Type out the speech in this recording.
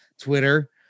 Twitter